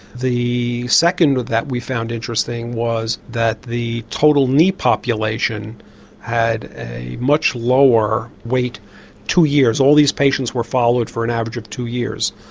the second fact that we found interesting was that the total knee population had a much lower weight two years, all these patients were followed for an average of two years,